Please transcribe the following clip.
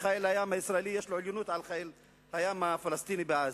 ולחיל הים הישראלי יש עליונות על חיל הים הפלסטיני בעזה.